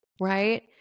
right